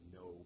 no